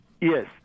Yes